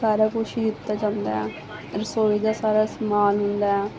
ਸਾਰਾ ਕੁਝ ਦਿੱਤਾ ਜਾਂਦਾ ਰਸੋਈ ਦਾ ਸਾਰਾ ਸਮਾਨ ਹੁੰਦਾ